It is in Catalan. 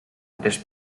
tres